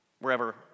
wherever